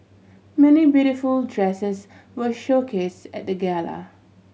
many beautiful dresses were showcase at the gala